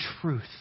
truth